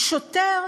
הוא שוטר